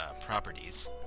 properties